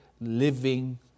living